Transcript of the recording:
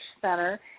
Center